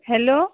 hello